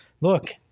look